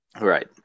Right